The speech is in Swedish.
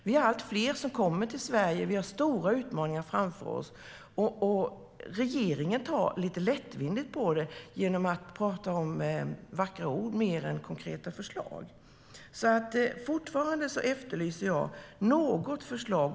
Vi har allt fler som kommer till Sverige, och vi har stora utmaningar framför oss. Regeringen tar lite lättvindigt på det genom att komma med vackra ord snarare än konkreta förslag. Jag efterlyser fortfarande något förslag.